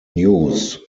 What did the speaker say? news